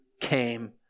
came